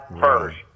first